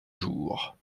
jours